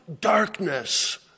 darkness